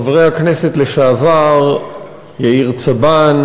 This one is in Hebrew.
חברי הכנסת לשעבר יאיר צבן